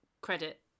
credit